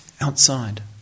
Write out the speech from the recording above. outside